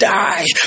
die